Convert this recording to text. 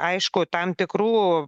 aišku tam tikrų